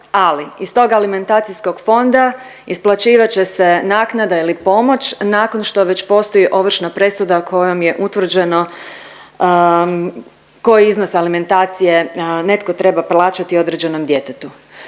ali iz tog alimentacijskog fonda isplaćivat će se naknada ili pomoć nakon što već postoji ovršna presuda kojom je utvrđeno koji iznos alimentacije netko treba plaćati određenom djetetu.